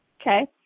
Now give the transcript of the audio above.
Okay